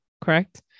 correct